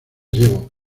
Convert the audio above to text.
llevo